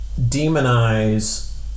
demonize